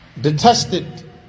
detested